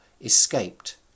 escaped